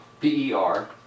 p-e-r